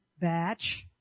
batch